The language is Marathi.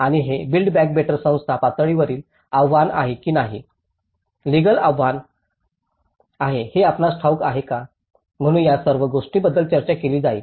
आणि हे बिल्ड बॅक बेटर संस्था पातळीवरील आव्हान आहे की नाही लीगल आव्हान आहे हे आपणास ठाऊक आहे का म्हणून या सर्व गोष्टींबद्दल चर्चा केली जाईल